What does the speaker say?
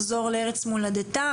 זה לא המענה ארוך הטווח.